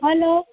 hello